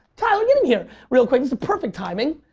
tyler get in here real quick. this is perfect timing.